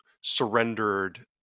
surrendered